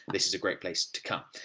this is a great place to come.